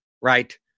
right